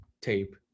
tape